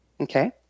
Okay